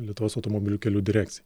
lietuvos automobilių kelių direkcijai